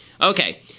Okay